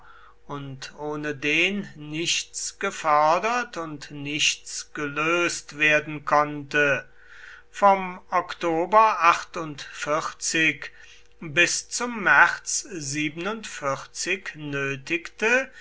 und ohne den nichts gefördert und nichts gelöst werden konnte vom oktober bis zum märz nötigte